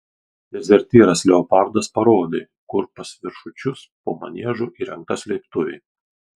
dezertyras leopardas parodė kur pas viršučius po maniežu įrengta slėptuvė